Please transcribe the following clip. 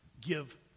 Give